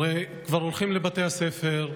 הרי כבר הולכים לבתי הספר,